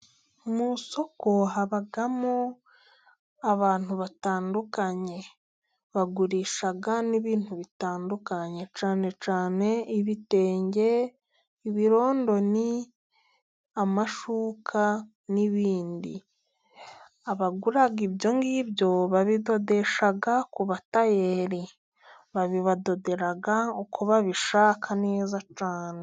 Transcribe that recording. Mu isoko habamo abantu batandukanye bagurisha n'ibintu bitandukanye cyane cyane ibitenge, ibirondoni, amashuka, n'ibindi abagura ibyo ngibyo babidodesha ku batayeri babibadodera uko babishaka neza cyane.